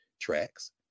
tracks